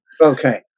Okay